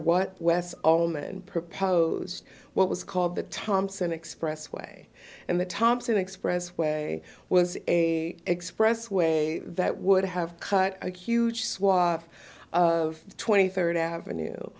what wes allman proposed what was called the thompson expressway and the thompson expressway was a expressway that would have cut a huge swath of twenty third avenue